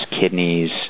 kidneys